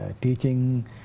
teaching